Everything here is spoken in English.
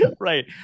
Right